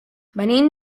venim